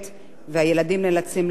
והילדים נאלצים לחכות,